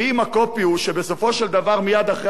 ואם ה"קופי" הוא שבסופו של דבר מייד אחרי